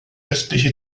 östliche